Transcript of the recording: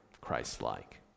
Christ-like